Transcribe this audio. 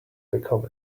become